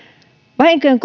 vahinkojen